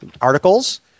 articles